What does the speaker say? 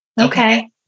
Okay